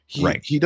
Right